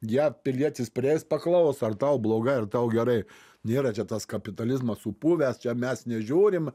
jav pilietis prieis paklaus ar tau bloga ar tau gerai nėra čia tas kapitalizmas supuvęs čia mes nežiūrim